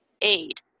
aid